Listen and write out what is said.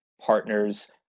partners